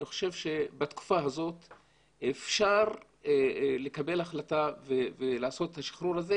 אני חושב שבתקופה הזאת אפשר לקבל החלטה ולעשות את השחרור הזה,